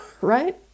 right